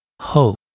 hope